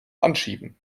anschieben